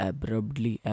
Abruptly